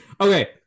Okay